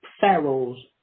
Pharaoh's